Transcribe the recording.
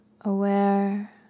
aware